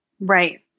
Right